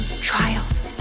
trials